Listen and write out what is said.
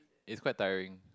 is quite tiring